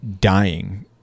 dying